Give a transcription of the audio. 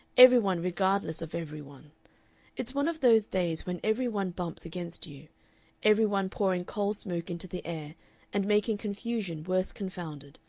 every one regardless of every one it's one of those days when every one bumps against you every one pouring coal smoke into the air and making confusion worse confounded,